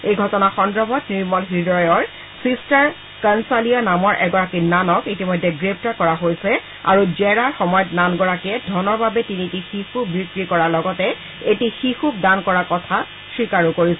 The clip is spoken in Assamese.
এই ঘটনা সন্দৰ্ভত নিৰ্মল হৃদয়ৰ ছি্টাৰ কনছালিয়া নামৰ এগৰাকী নানক ইতিমধ্যে গ্ৰেপ্তাৰ কৰা হৈছে আৰু জেৰাৰ সময়ত নানগৰাকীয়ে ধনৰ বাবে তিনিটি শিশু বিক্ৰী কৰাৰ লগতে এটি শিশুক দান কৰাৰ কথা স্বীকাৰো কৰিছে